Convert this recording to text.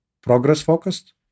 progress-focused